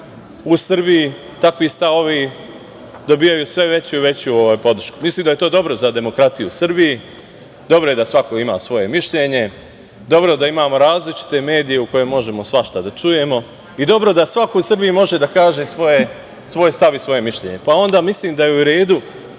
u Srbiji takvi stavovi dobijaju sve veću i veću podršku. Mislim da je to dobro za demokratiju u Srbiji, dobro je da svako ima svoje mišljenje, dobro je da imamo različite medije u kojima možemo svašta da čujemo i dobro je da svako u Srbiji može da kaže svoj stav i svoje mišljenje. Mislim da je u redu